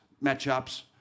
match-ups